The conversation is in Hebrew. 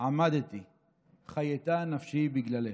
עמדתי / עמדתי / חייתה נפשי בגללך.